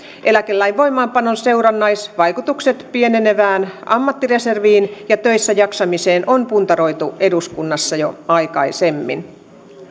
eläkelain voimaanpanon seurannaisvaikutukset pienenevään ammattireserviin ja töissäjaksamiseen on puntaroitu eduskunnassa jo aikaisemmin